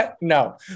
No